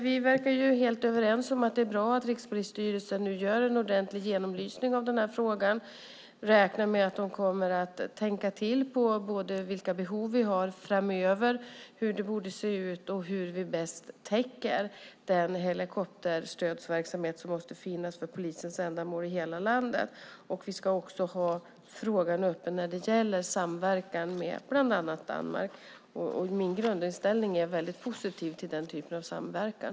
Vi verkar vara helt överens om att det är bra att Rikspolisstyrelsen gör en ordentlig genomlysning av frågan. Jag räknar med att de kommer att tänka till vad gäller behoven framöver, hur det hela borde se ut och hur vi bäst täcker den helikopterstödsverksamhet som måste finnas för polisens ändamål i hela landet. Vi ska också ha frågan uppe när det gäller samverkan med bland annat Danmark. Min grundinställning är väldigt positiv till den typen av samverkan.